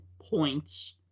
points